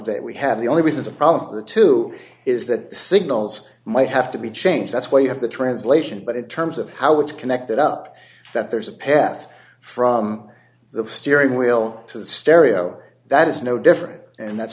that we have the only reason the problem for two is that signals might have to be changed that's why you have the translation but in terms of how it's connected up that there's a path from the steering wheel to the stereo that is no different and that's